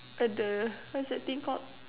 at the what's that thing called